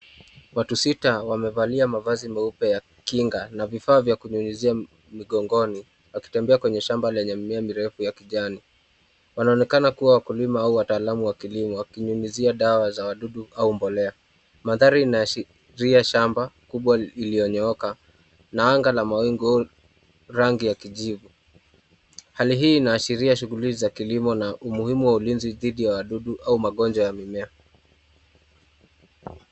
Watu sita wamevaa mavazi meupe ya kinga na vifaa vya kunyunyizia migongoni, wakitembea kwenye shamba lenye mimea mirefu ya kijani. Wanaonekana kuwa wakulima au wataalamu wa kilimo, wakinyunyizia dawa za wadudu au mbolea. Mandhari inaashiria shamba kubwa lililonyooka na anga la mawingu rangi ya kijivu. Hali hii inaashiria shughuli za kilimo na umuhimu wa ulinzi dhidi ya wadudu au magonjwa ya mimea.